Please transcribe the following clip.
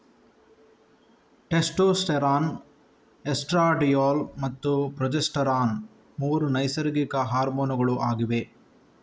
testosterone, estradiol ಮತ್ತೆ progesterone ಮೂರು ನೈಸರ್ಗಿಕ ಹಾರ್ಮೋನುಗಳು ಆಗಿವೆ